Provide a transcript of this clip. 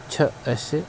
چھِ اَسہِ